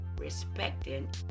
respecting